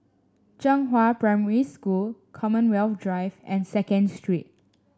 Zhenghua Primary School Commonwealth Drive and Second Street